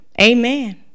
Amen